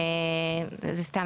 זה סתם,